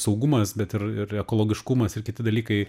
saugumas bet ir ir ekologiškumas ir kiti dalykai